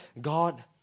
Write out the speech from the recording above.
God